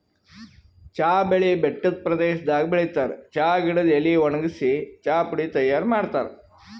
ಚಾ ಬೆಳಿ ಬೆಟ್ಟದ್ ಪ್ರದೇಶದಾಗ್ ಬೆಳಿತಾರ್ ಚಾ ಗಿಡದ್ ಎಲಿ ವಣಗ್ಸಿ ಚಾಪುಡಿ ತೈಯಾರ್ ಮಾಡ್ತಾರ್